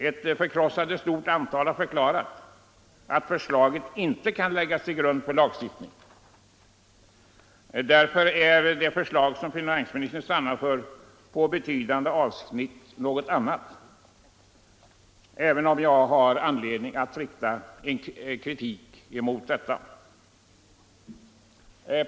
Ett förkrossande stort antal har förklarat att förslaget inte kan läggas till grund för lagstiftning. Därför är det förslag som finansministern stannat för på betydande avsnitt något annat, även om jag har anledning att rikta kritik också mot det.